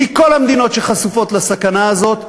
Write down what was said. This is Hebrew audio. מכל המדינות שחשופות לסכנה הזאת,